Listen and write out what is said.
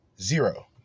zero